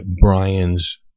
Brian's